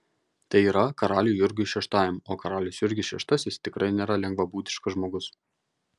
tai yra karaliui jurgiui šeštajam o karalius jurgis šeštasis tikrai nėra lengvabūdiškas žmogus